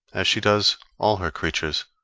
as she does all her creatures,